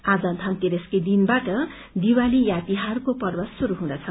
आज धनतेरसकै दिनबाट दिवाली या तिछारको पर्व शुरू हुदँछ